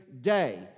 day